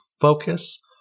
focus